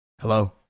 Hello